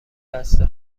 بسته